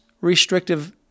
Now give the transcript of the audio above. restrictive